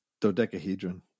Dodecahedron